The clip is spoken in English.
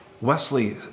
Wesley